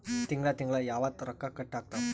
ತಿಂಗಳ ತಿಂಗ್ಳ ಯಾವತ್ತ ರೊಕ್ಕ ಕಟ್ ಆಗ್ತಾವ?